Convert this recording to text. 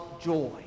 joy